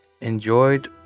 enjoyed